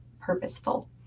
purposeful